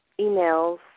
emails